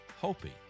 hoping